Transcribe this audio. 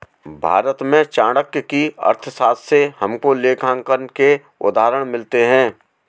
भारत में चाणक्य की अर्थशास्त्र से हमको लेखांकन के उदाहरण मिलते हैं